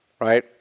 right